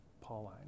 Pauline